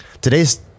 today's